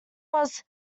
was